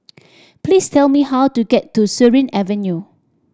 please tell me how to get to Surin Avenue